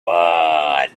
fun